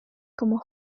como